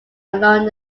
along